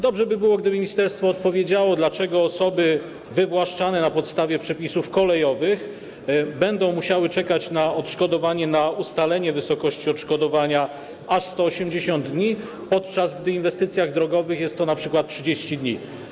Dobrze by było, gdyby ministerstwo odpowiedziało, dlaczego osoby wywłaszczane na podstawie przepisów kolejowych będą musiały czekać na odszkodowanie, na ustalenie wysokości odszkodowania aż 180 dni, podczas gdy w inwestycjach drogowych jest to np. 30 dni.